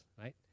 right